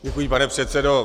Děkuji, pane předsedo.